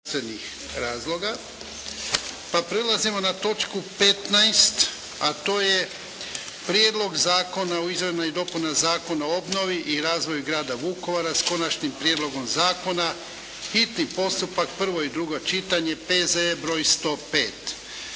razloga, pa prelazimo na točku 15., a to je - Prijedlog Zakona o izmjenama i dopunama Zakona o obnovi u razvoju Grada Vukovara, s Konačnim prijedlogom Zakona, hitni postupak, prvo i drugo čitanje, P.Z.E. br. 105